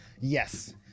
Yes